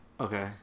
Okay